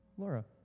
Laura